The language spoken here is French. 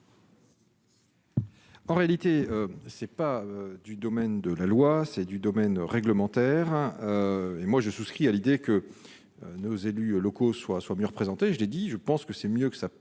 En réalité, ce n'est pas du domaine de la loi, c'est du domaine réglementaire et moi je souscris à l'idée que nos élus locaux soient soient mieux représentées, je l'ai dit, je pense que c'est mieux que ça passe